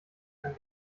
kann